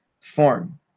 form